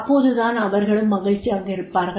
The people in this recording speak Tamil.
அப்போது தான் அவர்களும் மகிழ்ச்சியாக இருப்பார்கள்